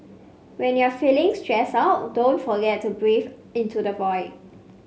when you are feeling stressed out don't forget to breathe into the void